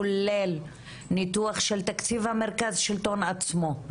כולל ניתוח של תקציב מרכז השלטון עצמו.